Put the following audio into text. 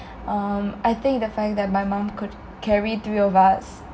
um I think the fact that my mum could carry three of us